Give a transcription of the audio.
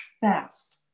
fast